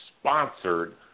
Sponsored